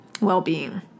well-being